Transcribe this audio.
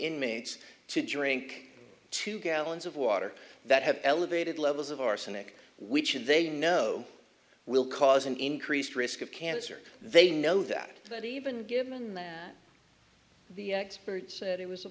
inmates to drink two gallons of water that have elevated levels of arsenic which in they know will cause an increased risk of cancer they know that so that even given that the experts said it was